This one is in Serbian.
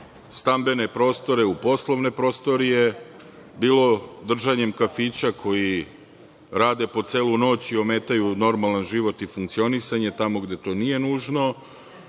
poslovne prostore, u poslovne prostorije, bilo držanjem kafića koji rade po celu noć i ometaju normalan život i funkcionisanje tamo gde to nije nužno,